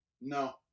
No